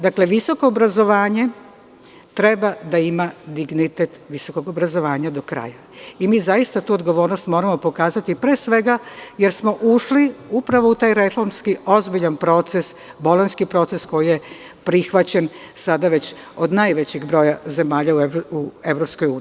Dakle, visoko obrazovanje treba da ima dignitet visokog obrazovanja do kraja i mi zaista tu odgovornost moramo pokazati, pre svega, jer smo ušli u taj reformski ozbiljan proces, Bolonjski proces koji je prihvaćen sada već od najvećeg broja zemalja u EU.